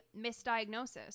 misdiagnosis